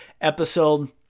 episode